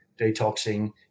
detoxing